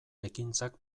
ekintzak